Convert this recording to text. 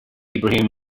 ibrahim